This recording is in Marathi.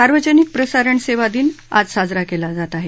सार्वजनिक प्रसारणसेवा दिन आज साजरा केला जात आहे